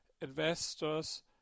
investors